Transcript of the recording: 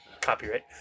Copyright